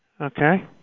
Okay